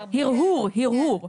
הרהור, היה לי הרהור.